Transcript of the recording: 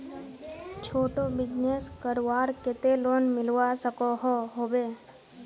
छोटो बिजनेस करवार केते लोन मिलवा सकोहो होबे?